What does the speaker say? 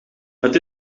dat